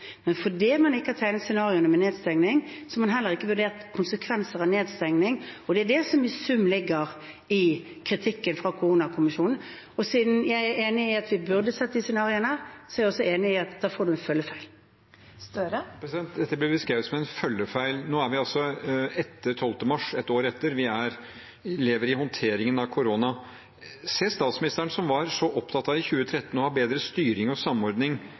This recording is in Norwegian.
Men fordi man ikke har tegnet scenarioer med nedstengning, har man heller ikke vurdert konsekvenser av nedstengning. Det er det som i sum ligger i kritikken fra koronakommisjonen. Siden jeg er enig i at vi burde sett de scenarioene, er jeg også enig i at man får noen følgefeil. Dette blir beskrevet som en følgefeil. Nå er vi altså etter 12. mars et år etter, vi lever i håndteringen av korona. Ser statsministeren, som i 2013 var så opptatt av å ha bedre styring og samordning,